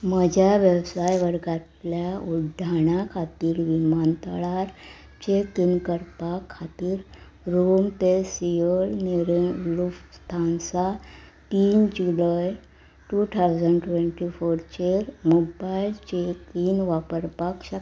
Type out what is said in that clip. म्हज्या वेवसाय वर्गांतल्या उड्डाणा खातीर विमानतळार चॅक इन करपा खातीर रूम पेसियो निरे लुफ्थानसा तीन जुलय टू थावजंड ट्वेंटी फोर चेर मोबायल चेक इन वापरपाक शकता